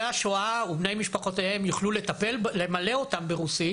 השואה ובני משפחותיהם יוכלו למלא אותם ברוסית